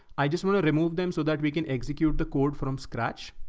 i just want to remove them so that we can execute the code from scratch.